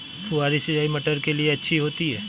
फुहारी सिंचाई मटर के लिए अच्छी होती है?